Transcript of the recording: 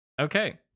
Okay